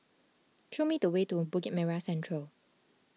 show me the way to Bukit Merah Central